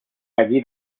allí